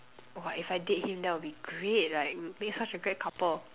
!wah! if I date him that would be great like we make such a great couple